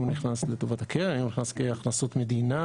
האם הוא נכנס לטובת הקרן או נכנס כהכנסות מדינה